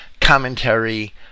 commentary